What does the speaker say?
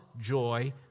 joy